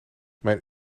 mijn